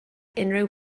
unrhyw